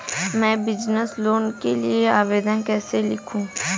मैं business loan के लिए आवेदन कैसे लिखूँ?